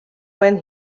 when